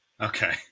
Okay